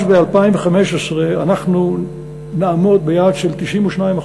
אז ב-2015 אנחנו נעמוד ביעד של 92%,